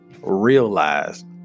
realized